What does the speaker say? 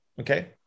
Okay